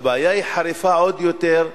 הבעיה היא חריפה עוד יותר.